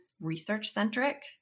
research-centric